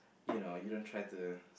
you know you don't try to